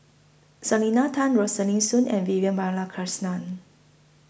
Selena Tan Rosaline Soon and Vivian Balakrishnan